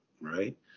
right